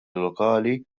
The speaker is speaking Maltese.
lokali